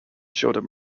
showed